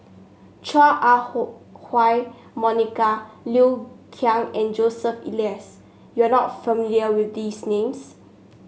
Chua Ah Huwa Monica Liu Kang and Joseph Elias you are not familiar with these names